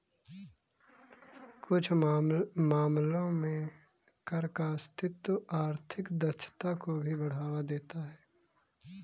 कुछ मामलों में कर का अस्तित्व आर्थिक दक्षता को भी बढ़ावा देता है